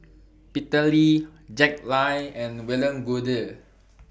Peter Lee Jack Lai and William Goode